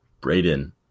Braden